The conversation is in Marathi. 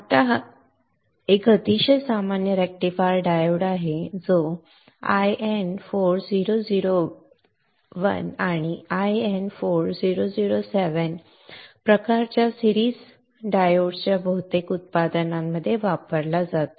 आता हा एक अतिशय सामान्य रेक्टिफायर डायोड आहे जो 1N4001 आणि 1N4007 प्रकारच्या सिरीज प्रकारच्या डायोड्सच्या बहुतेक उत्पादनांमध्ये वापरला जातो